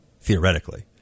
theoretically